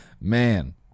man